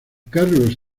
carlos